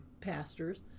pastors